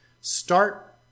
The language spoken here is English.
start